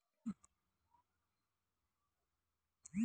ನಮ್ಮ ಭಾರತದಲ್ಲಿ ಸಾವಯವ ಕೃಷಿಗೆ ಜಾಸ್ತಿ ಮಹತ್ವ ಇಲ್ಲ ಯಾಕೆ?